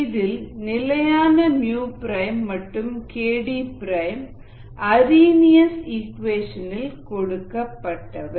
இதில் நிலையான மற்றும் kd அரிஹிநியஸ் இக்குவேஷன் இல் கொடுக்கப்பட்டவை